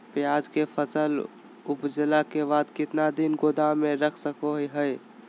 प्याज के फसल उपजला के बाद कितना दिन गोदाम में रख सको हय?